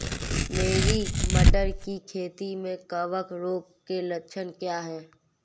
मेरी मटर की खेती में कवक रोग के लक्षण क्या हैं?